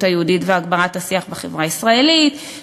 היהודית והגברת השיח בחברה הישראלית,